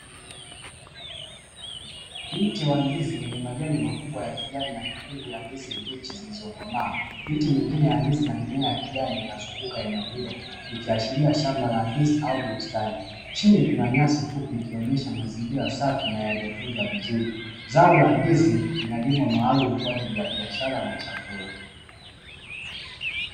Mti wa ndizi wenye majani makubwa ya kijani na mikungu ya ndizi mbichi zilizokomaa, miti mingine ya ndizi na mimea ya kijani inazunguka eneo hilo. Ikiashiria shamba la ndizi au bustani, chini kuna nyasi fupi, zikionyesha mazingira safi na yaliyotunzwa vizuri. Zao la ndizi linalimwa maalumu kwa ajili ya biashara na chakula.